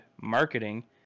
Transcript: marketing